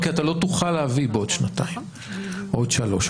כי אתה לא תוכל להביא בעוד שניים או בעוד שלוש.